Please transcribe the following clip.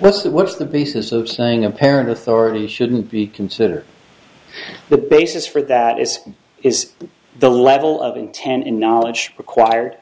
what's the what's the basis of saying apparent authority shouldn't be considered the basis for that is is the level of intent and knowledge required